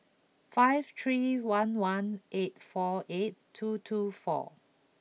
five three one one eight four eight two two four